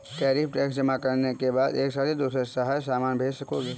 tariff tax जमा करने के बाद ही एक शहर से दूसरे शहर सामान भेज सकोगे